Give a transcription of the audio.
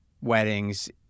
weddings